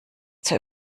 zur